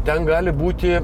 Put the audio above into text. ten gali būti